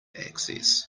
access